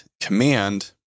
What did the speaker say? command